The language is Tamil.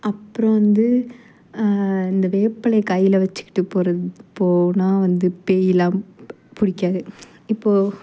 அப்புறம் வந்து இந்த வேப்பிலையை கையில் வச்சிக்கிட்டு போகிறது போனால் வந்து பேயெல்லாம் பு பிடிக்காது இப்போது